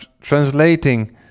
translating